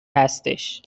هستش